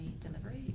Delivery